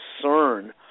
concern